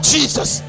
Jesus